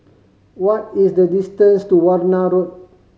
what is the distance to Warna Road